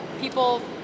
people